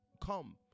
come